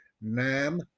Nam